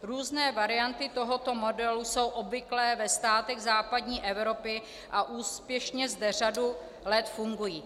Různé varianty tohoto modelu jsou obvyklé ve státech západní Evropy a úspěšně zde řadu let fungují.